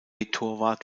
torwart